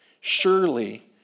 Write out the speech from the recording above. Surely